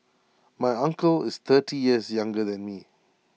my uncle is thirty years younger than me